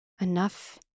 enough